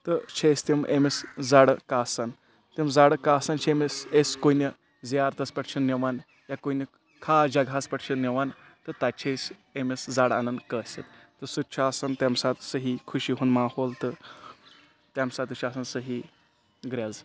تہٕ چھِ أسۍ تِم أمِس زَرٕ کاسان تِم زَرٕ کاسان چھِ أمِس أسۍ کُنہِ زِیارتَس پٮ۪ٹھ چھِن نِوان یا کُنہِ خاص جگہَس پٮ۪ٹھ چھِن نِوان تہٕ تَتہِ چھِ أسۍ أمِس زَرٕ اَنان کٲسِتھ تہٕ سُہ تہِ چھُ آسان تَمہِ ساتہٕ صحیح خُوشی ہُنٛد ماحول تہٕ تَمہِ ساتہٕ تہِ چھُ آسان صحیح گرٛٮ۪ز